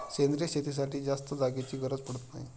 सेंद्रिय शेतीसाठी जास्त जागेची गरज पडत नाही